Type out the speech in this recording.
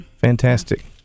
Fantastic